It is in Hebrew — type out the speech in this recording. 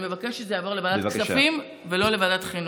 אני רק מבקשת שזה יעבור לוועדת הכספים ולא לוועדת החינוך.